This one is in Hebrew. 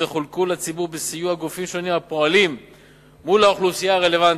וחולקו לציבור בסיוע גופים שונים הפועלים מול האוכלוסייה הרלוונטית.